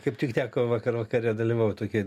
kaip tik teko vakar vakare dalyvavaut tokioj